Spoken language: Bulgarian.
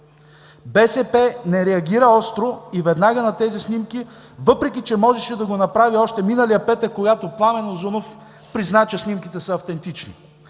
БСП не реагира остро и веднага на тези снимки, въпреки че можеше да го направи още миналия петък, когато Пламен Узунов призна, че снимките са автентични.